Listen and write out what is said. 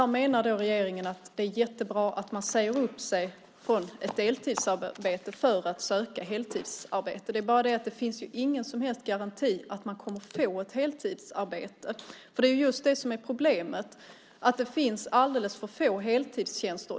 Regeringen menar att det är jättebra att man säger upp sig från ett deltidsarbete för att söka heltidsarbete. Men det finns ju ingen som helst garanti för att man får ett heltidsarbete. Problemet är just att det finns alldeles för få heltidstjänster.